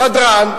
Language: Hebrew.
סדרן,